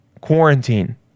quarantine